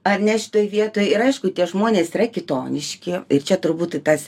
ar ne šitoj vietoj ir aišku tie žmonės yra kitoniški ir čia turbūt tas